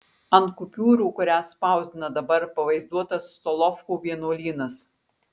ant kupiūrų kurias spausdina dabar pavaizduotas solovkų vienuolynas